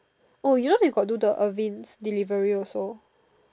oh you know they got do the irvin's delivery also